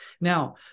Now